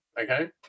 okay